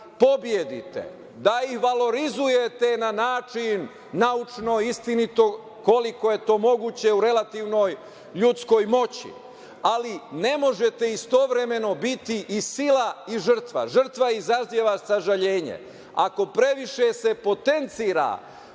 da ih valorizujete na način naučno, istinito, koliko je to moguće u relativnoj ljudskoj moći. Ali, ne možete istovremeno biti i sila i žrtva. Žrtva izaziva sažaljenje. Ako previše se potencira